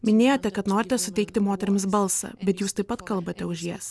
minėjote kad norite suteikti moterims balsą bet jūs taip pat kalbate už jas